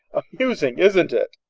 amusing, isn't it?